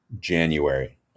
January